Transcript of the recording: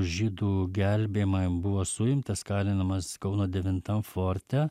žydų gelbėjimą buvo suimtas kalinamas kauno devintam forte